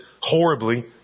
horribly